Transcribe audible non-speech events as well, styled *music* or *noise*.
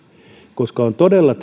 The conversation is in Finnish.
koska on todella *unintelligible*